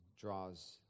draws